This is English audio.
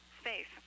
Space